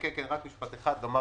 רק משפט אחד, לומר